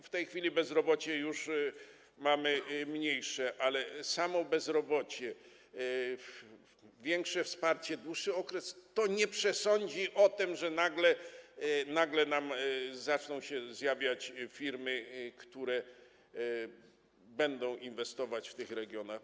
W tej chwili bezrobocie już mamy mniejsze, ale samo bezrobocie, większe wsparcie, dłuższy okres - to wszystko nie przesądzi o tym, że nagle zaczną się zjawiać firmy, które będą inwestować w tych regionach.